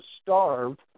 starved